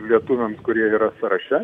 lietuviams kurie yra sąraše